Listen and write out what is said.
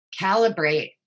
calibrate